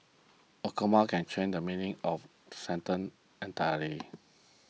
a comma can change the meaning of a sentence entirely